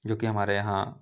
जोकि हमारे यहाँ